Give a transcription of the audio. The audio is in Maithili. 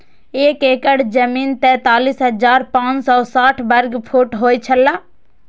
एक एकड़ जमीन तैंतालीस हजार पांच सौ साठ वर्ग फुट होय छला